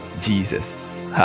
Jesus